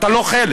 אתה לא חלק.